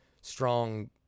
strong